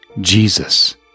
Jesus